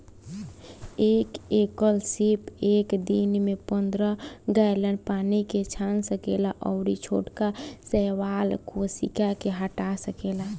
एक एकल सीप एक दिन में पंद्रह गैलन पानी के छान सकेला अउरी छोटका शैवाल कोशिका के हटा सकेला